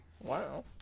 Wow